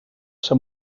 ser